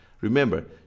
Remember